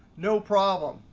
no problem.